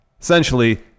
essentially